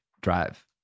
drive